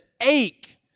ache